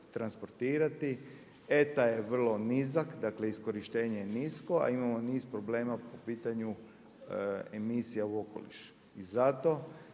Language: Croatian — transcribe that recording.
transportirati. ETA je vrlo nizak, dakle iskorištenje je nisko a imamo niz problema po pitanju emisija u okoliš. I zato